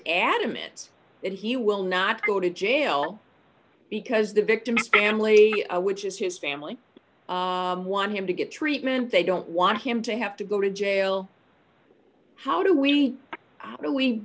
adamant that he will not go to jail because the victim's family which is his family want him to get treatment they don't want him to have to go to jail how do we